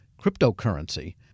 cryptocurrency